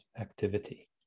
activity